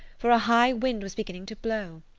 for a high wind was beginning to blow.